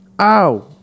Ow